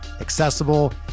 accessible